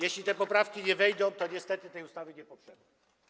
Jeśli te poprawki nie wejdą, to niestety tej ustawy nie poprzemy.